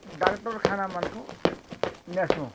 ଡାକ୍ଟରଖାନାମାନଙ୍କୁ ନେସୁଁ